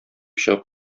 чыгып